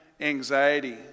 anxiety